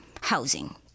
housing